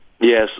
Yes